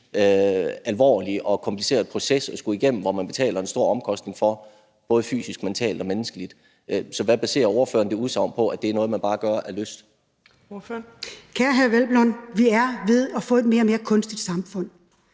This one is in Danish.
alvorlig og kompliceret proces at skulle igennem, hvor man betaler en stor omkostning både fysisk, mentalt og menneskeligt. Så hvad baserer ordføreren det udsagn på, altså at det er noget, man bare gør af lyst? Kl. 15:59 Fjerde næstformand